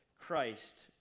Christ